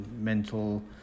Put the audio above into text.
mental